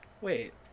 Wait